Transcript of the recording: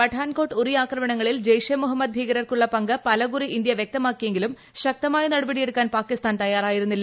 പഠാൻകോട്ട് ഉറി ആക്രമണങ്ങളിൽ ജെയ്ഷെ മുഹമ്മദ് ഭീകരർക്കുള്ള പങ്ക് പലകുറി ഇന്ത്യ നൽകിയെങ്കിലും ശക്തമായ നടപടിയെടുക്കാൻ പാകിസ്ഥാൻ തയ്യാറായില്ല